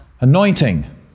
anointing